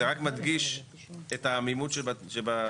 אתם שכנעתם אותנו בזה.